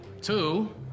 two